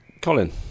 Colin